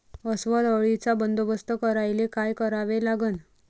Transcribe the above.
अस्वल अळीचा बंदोबस्त करायले काय करावे लागन?